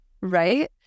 right